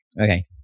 Okay